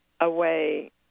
away